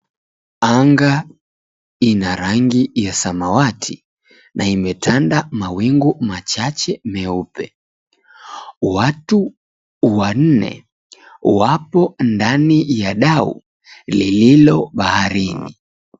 Anga ina rangi ya samawati na imetanda mawingu machache meupe. Watu wanne wapo ndani ya dau lililo baharini.